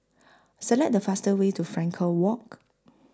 Select The fastest Way to Frankel Walk